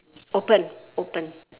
open open